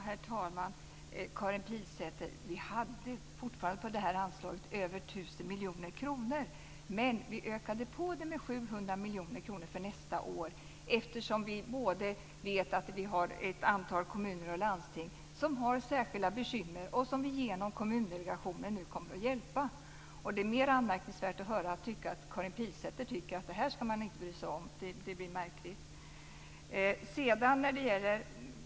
Herr talman! Vi hade fortfarande på det anslaget över 1 000 miljoner kronor, Karin Pilsäter, men vi ökade på det med 700 miljoner kronor för nästa år. Vi vet att vi har ett antal kommuner och landsting som har särskilda bekymmer och som vi genom Kommundelegationen kommer att hjälpa. Det är mer anmärkningsvärt att höra att Karin Pilsäter tycker att man inte ska bry sig om detta. Det är märkligt.